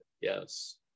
Yes